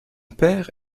père